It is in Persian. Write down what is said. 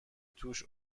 توش